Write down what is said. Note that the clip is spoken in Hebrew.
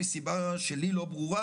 מסיבה שלא ברורה לי,